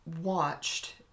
watched